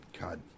God